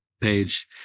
page